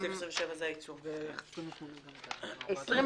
תיקונים עקיפים.